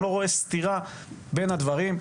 אני לא רואה סתירה בין הדברים.